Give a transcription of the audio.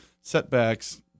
setbacks